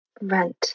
Rent